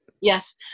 Yes